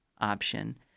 option